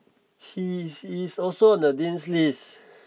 he he's also in the Dean's list